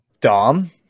Dom